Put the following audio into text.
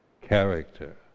character